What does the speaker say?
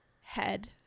head